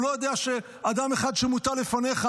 הוא לא יודע שאדם אחד שמוטל לפניך,